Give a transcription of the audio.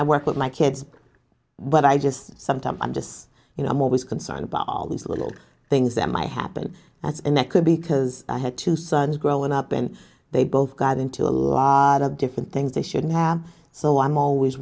i work with my kids but i just sometimes i'm just you know i'm always concerned about all these little things that might happen that's and that could be because i had two sons growing up and they both got into a lot of different things they shouldn't have so i'm always